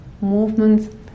movements